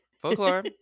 Folklore